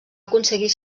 aconseguir